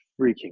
freaking